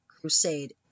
crusade